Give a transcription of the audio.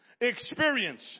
experience